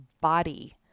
body